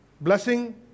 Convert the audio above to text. Blessing